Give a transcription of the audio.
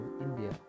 india